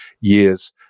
years